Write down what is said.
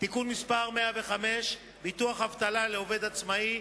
(תיקון מס' 105) (ביטוח אבטלה לעובד עצמאי),